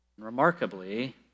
Remarkably